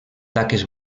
taques